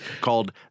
called